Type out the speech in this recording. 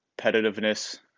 competitiveness